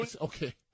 Okay